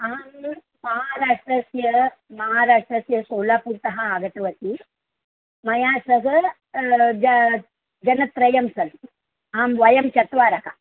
अहं महाराष्ट्रस्य महाराष्ट्रस्य सोलापुर्तः आगतवती मया सह ज जनत्रयं सन्ति आं वयं चत्वारः